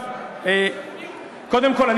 קודם כול,